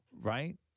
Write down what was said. right